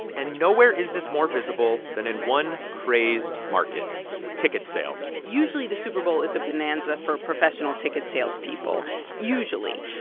and nowhere is this more visible than in one crazed market ticket sales usually, the super bowl is a bonanza for professional ticket sales people usually.